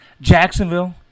Jacksonville